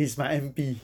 he's my M_P